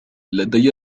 لدي